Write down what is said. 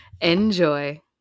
enjoy